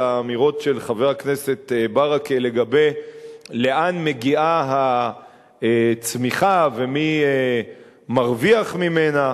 על האמירות של חבר הכנסת ברכה לגבי לאן מגיעה הצמיחה ומי מרוויח ממנה.